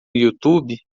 youtube